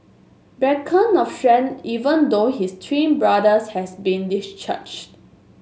beacon of strength even though his twin brothers has been discharged